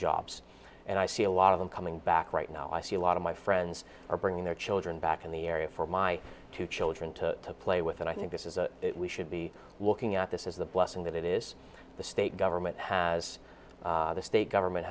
jobs and i see a lot of them coming back right now i see a lot of my friends are bringing their children back in the area for my two children to play with and i think this is a we should be looking at this as a blessing that it is the state government has the state government